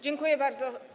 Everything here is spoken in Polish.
Dziękuję bardzo.